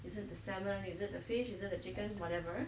is it the salmon is it the fish is it the chicken whatever